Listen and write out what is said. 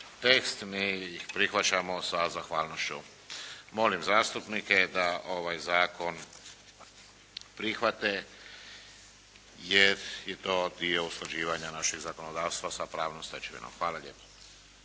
tekst. Mi ih prihvaćamo sa zahvalnošću. Molim zastupnike da ovaj zakon prihvate jer je to dio usklađivanja našeg zakonodavstva sa pravnom stečevinom. Hvala lijepo.